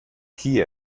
kiew